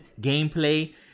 gameplay